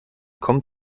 kommt